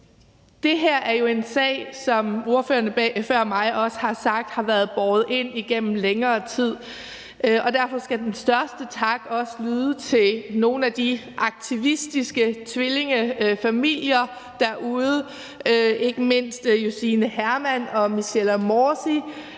Det her er jo en sag, der, som ordførerne før mig også har sagt, har været båret ind igennem længere tid, og derfor skal den største tak også lyde til nogle af de aktivistiske tvillingefamilier derude, ikke mindst Josine Hermann og Michella Morsi